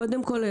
קודם כל,